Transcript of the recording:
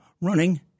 running